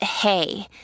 hey